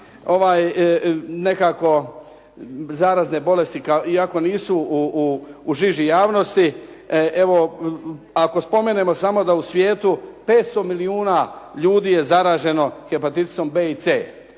nekako zarazne bolesti iako nisu u žiži javnosti evo ako spomenemo samo da u svijetu 500 milijuna ljudi je zaraženo hepatitisom B i C.